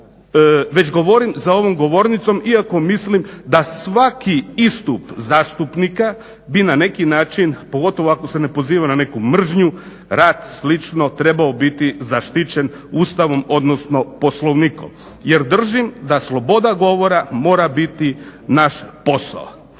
već govorim za ovom govornicom iako mislim da svaki istup zastupnika bi na neki način, pogotovo ako se ne poziva na neku mržnju, rat, slično, trebao biti zaštićen Ustavom, odnosno Poslovnikom jer držim da sloboda govora mora biti naš posao.